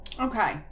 Okay